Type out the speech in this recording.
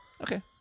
Okay